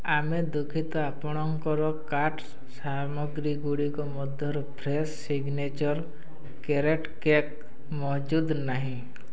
ଆମେ ଦୁଃଖିତ ଆପଣଙ୍କର କାର୍ଟସ୍ ସାମଗ୍ରୀଗୁଡ଼ିକ ମଧ୍ୟରୁ ଫ୍ରେଶୋ ସିଗ୍ନେଚର୍ କ୍ୟାରଟ୍ କେକ୍ ମହଜୁଦ ନାହିଁ